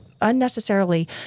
unnecessarily